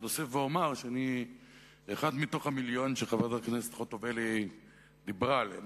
אוסיף ואומר שאני אחד מתוך המיליונים שחברת הכנסת חוטובלי דיברה עליהם,